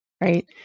right